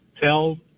tell